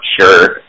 sure